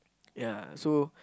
ya so